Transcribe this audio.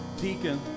Deacon